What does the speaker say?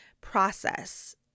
process